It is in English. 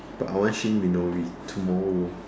but I want Shin-minori tomorrow